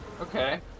Okay